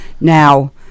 Now